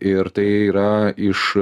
ir tai yra iš